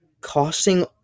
costing